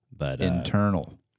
Internal